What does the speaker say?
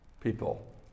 people